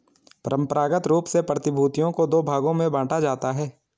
परंपरागत रूप से प्रतिभूतियों को दो भागों में बांटा जाता है